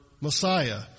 Messiah